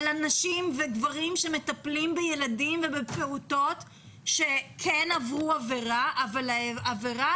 על נשים וגברים שמטפלים בילדים ובפעוטות שכן עברו עבירה אבל העבירה